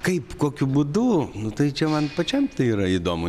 kaip kokiu būdu nu tai čia man pačiam tai yra įdomu